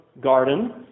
garden